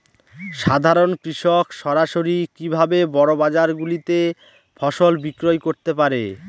সাধারন কৃষক সরাসরি কি ভাবে বড় বাজার গুলিতে ফসল বিক্রয় করতে পারে?